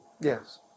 Yes